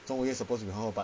中午炎 supposed to be